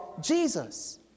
Jesus